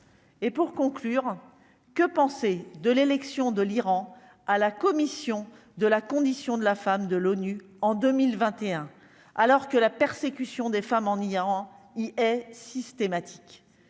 Et pour conclure, que penser de l'élection de l'Iran à la Commission de la condition de la femme de l'ONU en 2021 alors que la persécution des femmes en Iran, il est systématique,